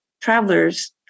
travelers